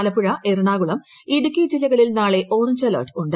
ആലപ്പുഴ എറണാകുളം ഇടുക്കി ജില്ലകളിൽ നാളെ നാളെ അലർട്ട് ഉണ്ട്